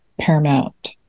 Paramount